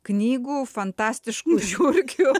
knygų fantastiškų žiurkių